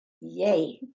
yay